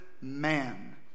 man